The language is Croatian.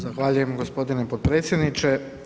Zahvaljujem gospodine potpredsjedniče.